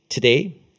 Today